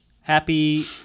happy